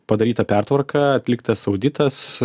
padaryta pertvarka atliktas auditas